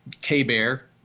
K-Bear